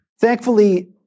thankfully